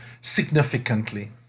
significantly